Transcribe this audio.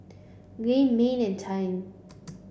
Gaye Mannie and Taryn